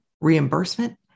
reimbursement